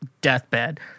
deathbed